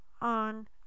on